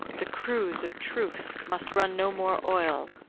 the cruse of truth must run no more oil,